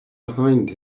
behind